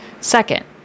Second